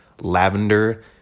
lavender